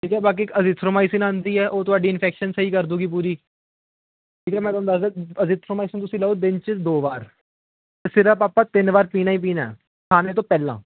ਠੀਕ ਆ ਬਾਕੀ ਅਜ਼ਿਥਰੋਮਾਈਸੀਨ ਆਉਂਦੀ ਹੈ ਉਹ ਤੁਹਾਡੀ ਇਨਫੈਕਸ਼ਨ ਸਹੀ ਕਰ ਦੂਗੀ ਪੂਰੀ ਠੀਕ ਹੈ ਮੈਂ ਤੁਹਾਨੂੰ ਦੱਸਦਾ ਅਜ਼ਿਥਰੋਮਾਈਸੀਨ ਤੁਸੀਂ ਲਓ ਦਿਨ 'ਚ ਦੋ ਵਾਰ ਸਿਰਪ ਆਪਾਂ ਤਿੰਨ ਵਾਰ ਪੀਣਾ ਹੀ ਪੀਣਾ ਖਾਨੇ ਤੋਂ ਪਹਿਲਾਂ